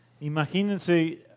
Imagínense